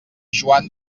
joan